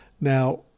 Now